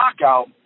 knockout